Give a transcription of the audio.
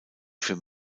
für